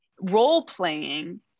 role-playing